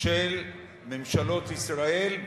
של ממשלות ישראל,